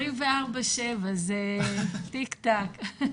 24/7 זה תיק-תק.